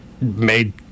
made